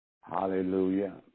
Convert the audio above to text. Hallelujah